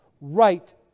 right